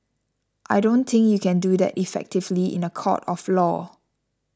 I don't think you can do that effectively in a court of law